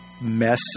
mess